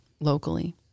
locally